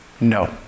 No